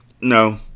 No